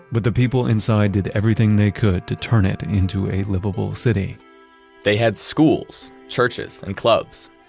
but the people inside did everything they could to turn it into a livable city they had schools, churches, and clubs,